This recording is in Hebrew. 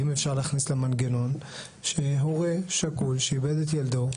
האם אפשר להכניס למנגנון שהורה שכול שאיבד ילדו או